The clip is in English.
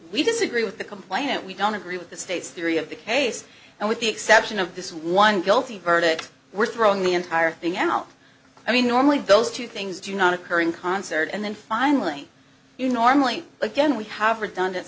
we disagree with the complainant we don't agree with the state's theory of the case and with the exception of this one guilty verdict we're throwing the entire thing out i mean normally those two things do not occur in concert and then finally you normally again we have redundant